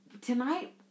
tonight